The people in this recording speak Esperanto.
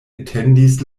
etendis